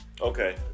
Okay